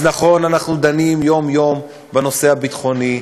אז נכון שאנחנו דנים יום-יום בנושא הביטחוני,